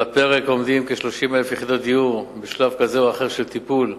על הפרק עומדות כ-30,000 יחידות דיור בשלב כזה או אחר של טיפול,